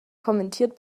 kommentiert